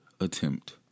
attempt